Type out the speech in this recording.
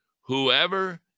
Whoever